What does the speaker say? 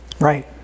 right